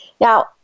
Now